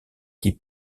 qui